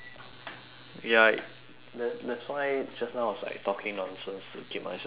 ya that that's why just now I was like talking nonsense to keep myself occupied